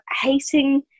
hating